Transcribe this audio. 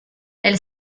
elle